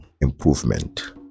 improvement